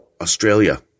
Australia